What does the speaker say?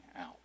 out